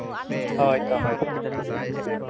ᱦᱳᱭ ᱛᱚ ᱦᱳᱭ ᱛᱚ